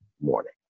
morning